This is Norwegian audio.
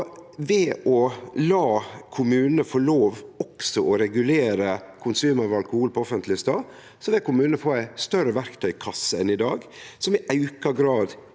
Ved å la kommunane få lov til også å regulere konsum av alkohol på offentleg stad vil kommunane få ei større verktøykasse enn i dag, som i auka grad